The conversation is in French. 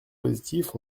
positif